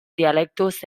dialectos